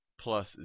plus